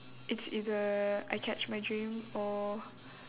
it's either I catch my dream or